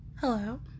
Hello